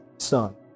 son